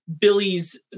Billy's